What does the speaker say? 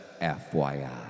FYI